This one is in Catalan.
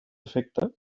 efecte